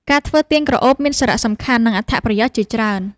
ការធ្វើទៀនក្រអូបមានសារៈសំខាន់ និងអត្ថប្រយោជន៍ជាច្រើន។